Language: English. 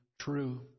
true